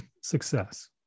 success